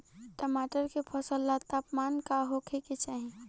टमाटर के फसल ला तापमान का होखे के चाही?